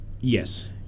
Yes